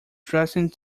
dressing